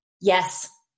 Yes